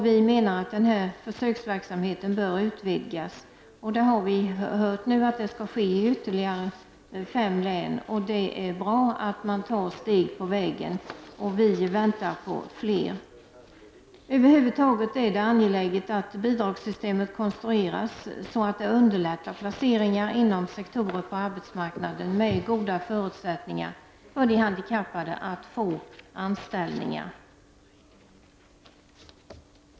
Vi menar att den här försöksverksamheten bör utvidgas, och vi har nu hört att det skall ske i ytterligare fem län. Det är bra att man tar steg på vägen, och vi väntar på fler. Över huvud taget är det angeläget att bidragssystemet konstrueras så att det underlättar placeringar inom sektorer på arbetsmarknaden med goda förutsättningar för de handikappade att få anställningar.